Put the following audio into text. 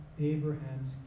Abraham's